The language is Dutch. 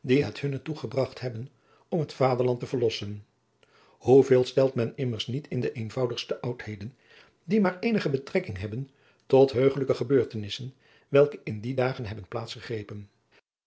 bragt hebben om het vaderland te verlossen hoe veel stelt men immers niet in de eenvoudigste oudheden die maar eenige betrekking hebben tot heugelijke gebeurtenissen welke in die dagen hebben plaats gegrepen